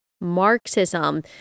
Marxism